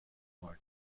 pot